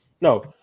no